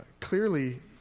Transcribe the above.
clearly